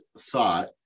thought